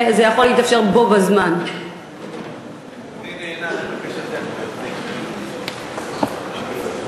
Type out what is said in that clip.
תתאפשרנה לאחר מכן שאלות נוספות, לחבר הכנסת